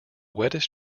wettest